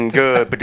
good